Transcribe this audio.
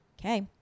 Okay